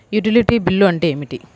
Utility bill అంటే ఏమిటి?